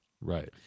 Right